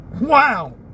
wow